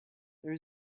there